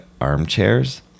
armchairs